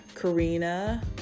Karina